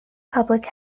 public